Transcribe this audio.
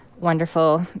wonderful